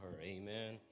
amen